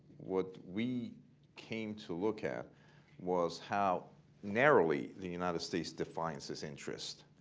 what we came to look at was how narrowly the united states defines its interests.